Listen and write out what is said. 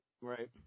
Right